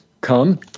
come